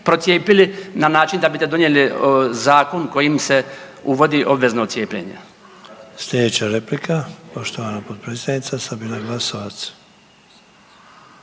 na način da bite donijeli zakon kojim se uvodi obvezno cijepljenje.